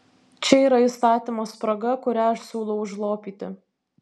čia yra įstatymo spraga kurią aš siūlau užlopyti